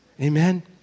Amen